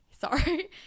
sorry